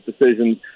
decisions